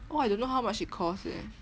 oh I don't know how much it cost eh